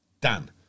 Dan